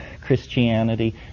Christianity